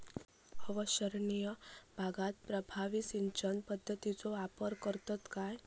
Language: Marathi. अवर्षणिय भागात प्रभावी सिंचन पद्धतीचो वापर करतत काय?